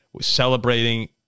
celebrating